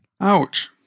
Ouch